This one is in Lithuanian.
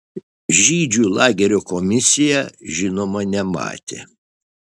žydžių lagerio komisija žinoma nematė